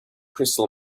crystal